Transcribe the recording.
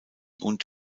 und